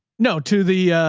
no, to the,